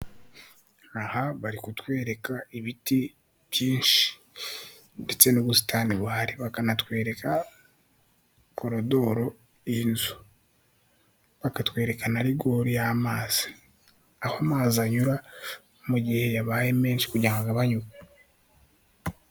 Aha bari kutwereka ibiti byinshi ndetse n'ubusitani buhari, bakanatwereka korodoro y'iyi nzu. Bakatwerereka rigori y'amazi. Aho amazi anyura mu gihe yabaye menshi kugira ngo agabanyuke.